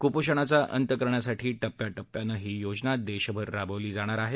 कुपोषणाचा अंत करण्यासाठी टप्प्या टप्प्यानं ही योजना देशभर राबवली जाणार आहे